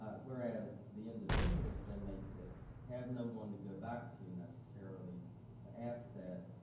ah whereas the individuals they may pick have no one to go back to necessarily to ask that.